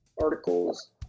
articles